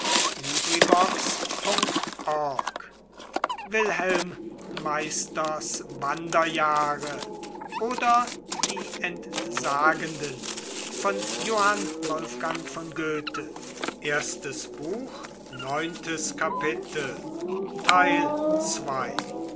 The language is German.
wilhelm meisters wanderjahre oder die entsagenden